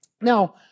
Now